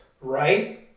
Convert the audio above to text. right